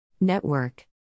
Network